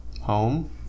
Home